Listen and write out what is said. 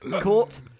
caught